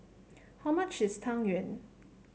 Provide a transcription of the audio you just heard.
how much is Tang Yuen